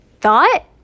thought